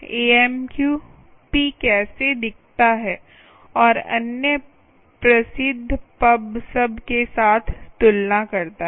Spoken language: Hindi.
AMQP कैसे दिखता है और अन्य प्रसिद्ध पब सब के साथ तुलना करता है